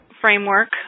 framework